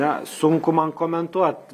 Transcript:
na sunku man komentuot